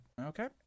Okay